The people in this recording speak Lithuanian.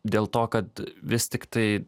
dėl to kad vis tiktai